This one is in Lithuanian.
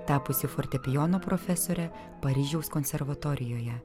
tapusi fortepijono profesore paryžiaus konservatorijoje